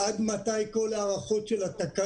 עד מתי יהיו כל הארכות של התקנות?